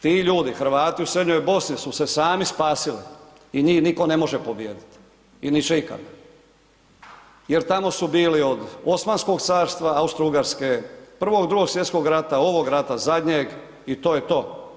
Ti ljudi, Hrvati u Srednjoj Bosni su se sami spasili i njih nitko ne može pobijediti i nit će ikada jer tamo su bili od Osmanskog carstva, Austro-Ugarske, Prvog, Drugog svjetskog rata, ovog rata zadnjeg i to je to.